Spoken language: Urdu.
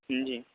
جی ہوں